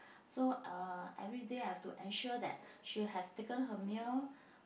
so uh everyday I've to ensure that she have taken her meal